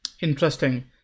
interesting